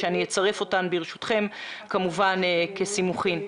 אותן ברשותכם אצרף כסימוכין.